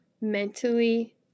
mentally